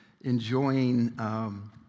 enjoying